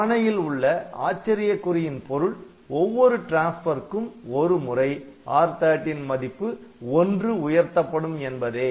ஆணையில் உள்ள ஆச்சரியக்குறியின் பொருள் ஒவ்வொரு டிரான்ஸ்பர்க்கும் ஒரு முறை R13 மதிப்பு 'ஒன்று' உயர்த்தப்படும் என்பதே